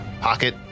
pocket